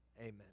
Amen